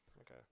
Okay